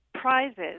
prizes